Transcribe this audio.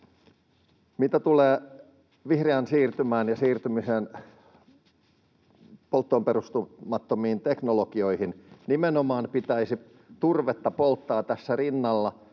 Mitä tulee vihreään siirtymään ja siirtymiseen polttoon perustumattomiin teknologioihin, niin nimenomaan pitäisi turvetta polttaa tässä rinnalla